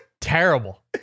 Terrible